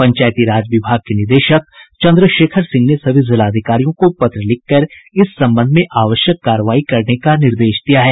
पंचायती राज विभाग के निदेशक चन्द्रशेखर सिंह ने सभी जिलाधिकारियों को पत्र लिखकर इस संबंध में आवश्यक कार्रवाई करने का निर्देश दिया है